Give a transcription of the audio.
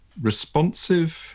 responsive